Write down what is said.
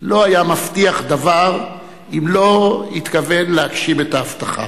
לא היה מבטיח דבר אם לא התכוון להגשים את ההבטחה.